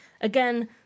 Again